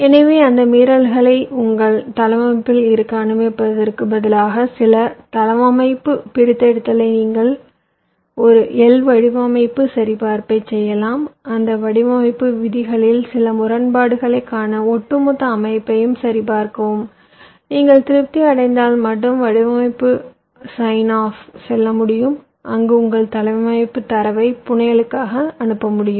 எனவே அந்த மீறல்களை உங்கள் தளவமைப்பில் இருக்க அனுமதிப்பதற்கு பதிலாக சில தளவமைப்பு பிரித்தெடுத்தலைச் செய்ய நீங்கள் ஒரு L வடிவமைப்பு சரிபார்ப்பைச் செய்யலாம் அந்த வடிவமைப்பு விதிகளில் சில முரண்பாடுகளைக் காண ஒட்டுமொத்த அமைப்பையும் சரிபார்க்கவும் நீங்கள் திருப்தி அடைந்தால் மட்டுமே வடிவமைப்பு சைன் ஆப்க்கு செல்ல முடியும் அங்கு உங்கள் தளவமைப்பு தரவை புனையலுக்காக அனுப்பமுடியும்